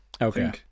Okay